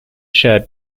shared